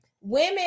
Women